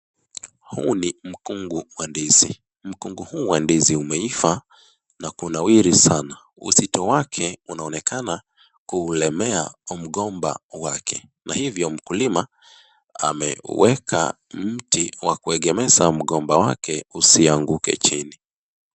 Huu ni mkungu wa ndizi, mkungu huu wa ndizi umeiva na kunawiri sana. Uzito wake unaonekana kuulemea mgomba wake na hivyo mkulima ameuweka mti wa kuegemeza mgomba wake usianguke chini.